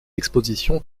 expositions